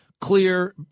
clear